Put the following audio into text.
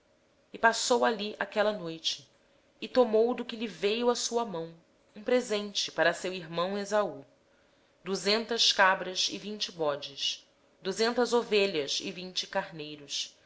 contar passou ali aquela noite e do que tinha tomou um presente para seu irmão esaú duzentas cabras e vinte bodes duzentas ovelhas e vinte carneiros